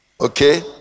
Okay